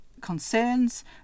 concerns